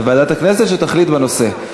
לוועדת הכנסת, שתחליט בנושא.